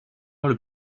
alors